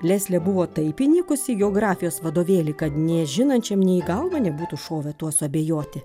leslė buvo taip įnikusi į geografijos vadovėlį kad nežinančiam nė į galvą nebūtų šovę tuo suabejoti